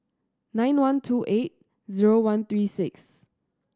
nine one two eight zero one three six